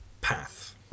path